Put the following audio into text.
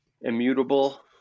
immutable